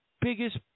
biggest